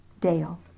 Dale